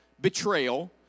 betrayal